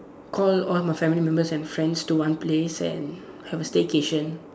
call all my family members and friends to one place and have a staycation